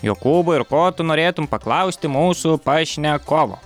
jokūbai ir ko tu norėtum paklausti mūsų pašnekovo